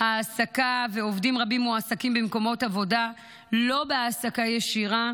העסקה ועובדים רבים מועסקים במקומות עבודה לא בהעסקה ישירה,